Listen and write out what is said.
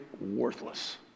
worthless